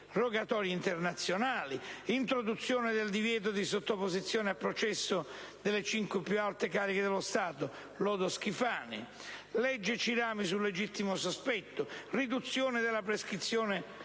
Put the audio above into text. rogatorie internazionali; introduzione del divieto di sottoposizione a processo delle cinque più alte cariche dello Stato (lodo Schifani); legge Cirami sul legittimo sospetto; riduzione della prescrizione, la